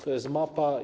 To jest mapa.